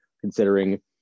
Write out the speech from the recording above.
considering